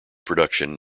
production